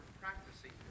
practicing